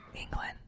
England